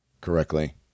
correctly